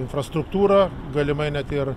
infrastruktūrą galimai net ir